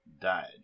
died